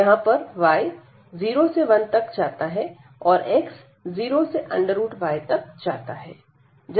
यहां पर y 0 से 1 तक जाता है और x0 से y तक जाता है